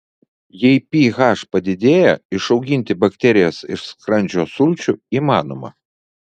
jei ph padidėja išauginti bakterijas iš skrandžio sulčių įmanoma